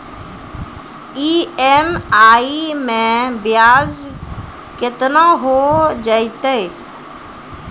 EMI मैं ब्याज केतना हो जयतै?